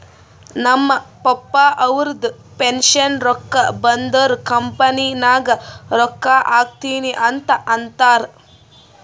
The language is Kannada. ನಮ್ ಪಪ್ಪಾ ಅವ್ರದು ಪೆನ್ಷನ್ ರೊಕ್ಕಾ ಬಂದುರ್ ಕಂಪನಿ ನಾಗ್ ರೊಕ್ಕಾ ಹಾಕ್ತೀನಿ ಅಂತ್ ಅಂತಾರ್